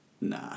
Nah